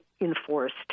Enforced